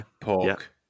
pork